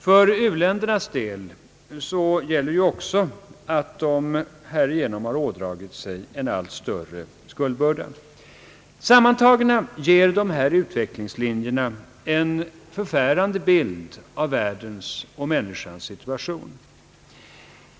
För u-länderna gäller också att de härigenom har ådragit sig en allt större skuldbörda. Sammantagna ger dessa utvecklings linjer en förfärande bild av världens och människans situation.